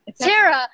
Tara